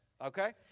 okay